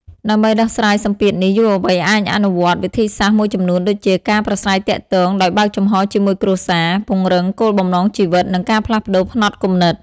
ដើម្បីដោះស្រាយសម្ពាធនេះ យុវវ័យអាចអនុវត្តវិធីសាស្ត្រមួយចំនួនដូចជា ការប្រាស្រ័យទាក់ទងដោយបើកចំហជាមួយគ្រួសារ ពង្រឹងគោលបំណងជីវិត នឹងការផ្លាស់ប្តូរផ្នត់គំនិត ។